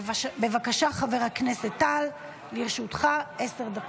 בבקשה, חבר הכנסת טל, לרשותך עשר דקות.